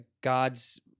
God's